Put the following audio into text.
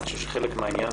אני חושב שחלק מן העניין